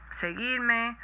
seguirme